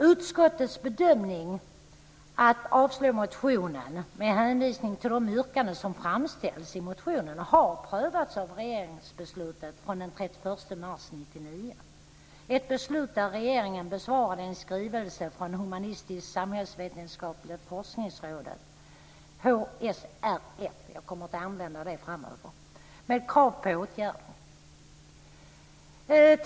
Utskottets bedömning, att avstyrka motionen med hänvisning till de yrkanden som framställs i motionen, har prövats i samband med regeringsbeslutet från den 31 mars 1999 - ett beslut där regeringen besvarar en skrivelse från Humanistisk-samhällsvetenskapliga forskningsrådet, HSFR, med krav på åtgärder.